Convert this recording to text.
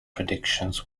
predictions